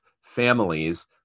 families